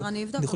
אני אבדוק.